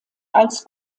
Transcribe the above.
als